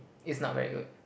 is not very good